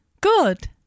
good